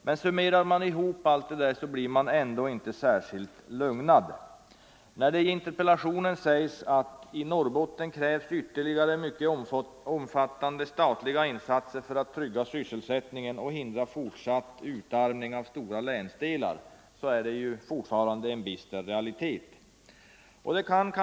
Men summerar man ihop allt detta blir man ändå inte särskilt lugnad. I interpellationen sägs: ”I Norrbotten krävs ytterligare, mycket omfattande, statliga insatser för att trygga sysselsättningen och hindra fortsatt utarmning av stora länsdelar.” Detta är fortfarande en bister realitet.